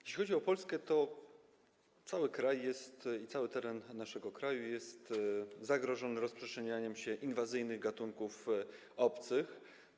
Jeśli chodzi o Polskę, to cały kraj, cały teren naszego kraju jest zagrożony rozprzestrzenianiem się inwazyjnych gatunków obcych.